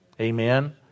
Amen